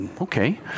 okay